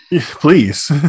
please